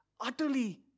utterly